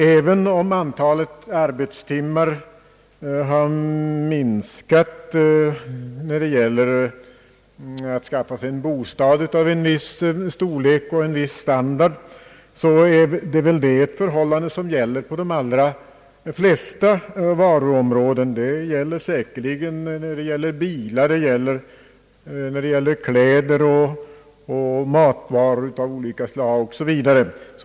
även om antalet arbetstimmar har minskat när det gäller att skaffa sig en bostad av en viss storlek och standard, gäller väl samma förhållande också på de allra flesta varuområden, beträffande bilar, kläder, matvaror av olika slag osv.